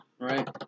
Right